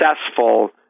successful